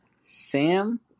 Sam